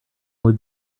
would